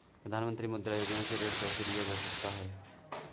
प्रधानमंत्री मुद्रा योजना से ऋण कैसे लिया जा सकता है?